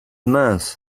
month